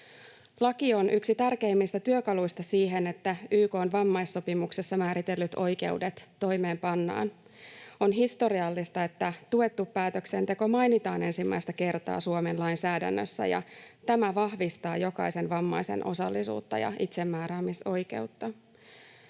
Laki on yksi tärkeimmistä työkaluista siihen, että YK:n vammaissopimuksessa määritellyt oikeudet toimeenpannaan. On historiallista, että tuettu päätöksenteko mainitaan ensimmäistä kertaa Suomen lainsäädännössä, ja tämä vahvistaa jokaisen vammaisen osallisuutta ja itsemääräämisoikeutta.